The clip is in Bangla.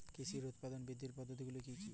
কৃষির উৎপাদন বৃদ্ধির পদ্ধতিগুলি কী কী?